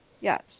yes